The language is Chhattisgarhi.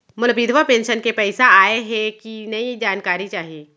मोला विधवा पेंशन के पइसा आय हे कि नई जानकारी चाही?